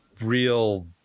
real